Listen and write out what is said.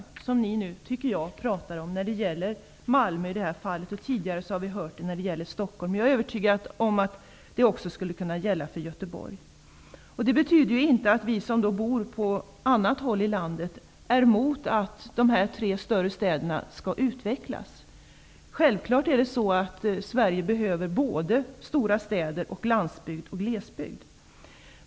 Det är vad ni enligt min mening nu talar om när det gäller Malmö, och vi har tidigare hört detta när det gäller Stockholm. Jag är övertygad om att det också skulle kunna gälla för Göteborg. Det betyder inte att vi som bor på annat håll i landet är emot att dessa tre större städer skall utvecklas. Självfallet behöver Sverige både stora städer och landsbygd eller glesbygd.